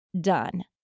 done